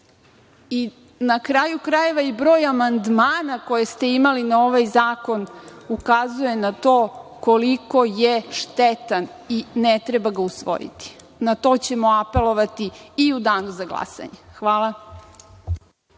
i na kraju krajeva, i broj amandmana koje ste imali na ovaj zakon ukazuje na to koliko je štetan i ne treba ga usvojiti. Na to ćemo apelovati i u danu za glasanje. Hvala.